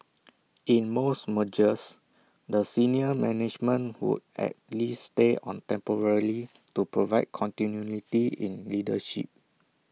in most mergers the senior management would at least stay on temporarily to provide continuity in leadership